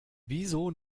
wieso